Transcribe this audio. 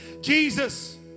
Jesus